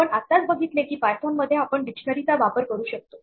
आपण आत्ताच बघितले की पायथोन मध्ये आपण डिक्शनरी चा वापर करू शकतो